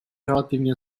relativně